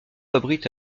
abrite